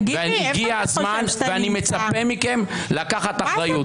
אני מצפה מכם לקחת אחריות.